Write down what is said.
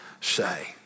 say